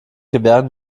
gewähren